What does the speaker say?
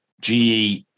GE